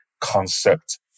concept